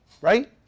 Right